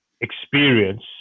experience